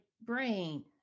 brain